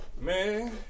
Man